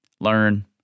Learn